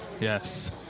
Yes